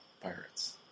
Pirates